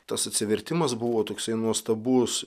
tas atsivertimas buvo toksai nuostabus